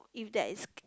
you that is